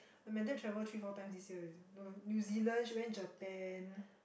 Amanda travelled three four time this year already New-Zealand she went Japan